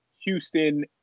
houston